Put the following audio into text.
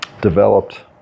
developed